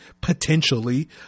potentially